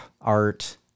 art